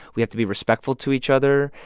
we have to be respectful to each other.